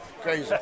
crazy